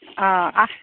অঁ আহ